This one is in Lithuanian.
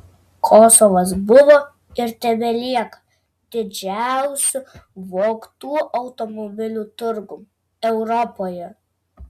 kosovas buvo ir tebelieka didžiausiu vogtų automobilių turgum europoje